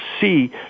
see